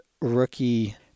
rookie